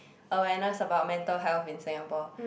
awareness about mental health in Singapore